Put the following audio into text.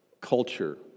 culture